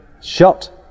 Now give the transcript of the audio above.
shot